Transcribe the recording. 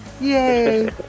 Yay